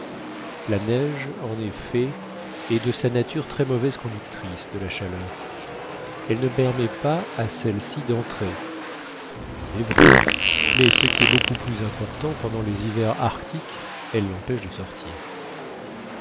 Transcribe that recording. la neige en effet est de sa nature très mauvaise conductrice de la chaleur elle ne permet pas à celle-ci d'entrer il est vrai mais ce qui est beaucoup plus important pendant les hivers arctiques elle l'empêche de sortir